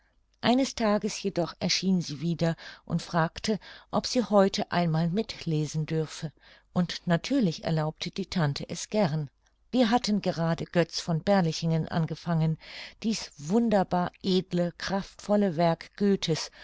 eines tages jedoch erschien sie wieder und fragte ob sie heute einmal mit lesen dürfe und natürlich erlaubte die tante es gern wir hatten gerade götz v berlichingen angefangen dies wunderbar edle kraftvolle werk